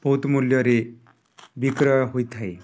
ବହୁତ ମୂଲ୍ୟରେ ବିକ୍ରୟ ହୋଇଥାଏ